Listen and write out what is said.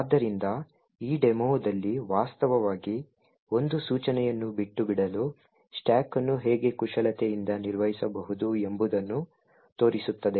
ಆದ್ದರಿಂದ ಈ ಡೆಮೊದಲ್ಲಿ ವಾಸ್ತವವಾಗಿ ಒಂದು ಸೂಚನೆಯನ್ನು ಬಿಟ್ಟು ಬಿಡಲು ಸ್ಟಾಕ್ ಅನ್ನು ಹೇಗೆ ಕುಶಲತೆಯಿಂದ ನಿರ್ವಹಿಸಬಹುದು ಎಂಬುದನ್ನು ತೋರಿಸುತ್ತದೆ